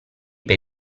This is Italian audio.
per